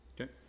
okay